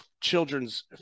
children's